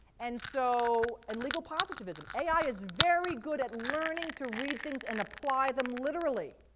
and so, and legal positivism. ai is very good at learning to read things and apply them literally.